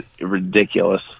ridiculous